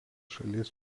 šalies